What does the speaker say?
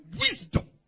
wisdom